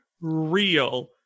real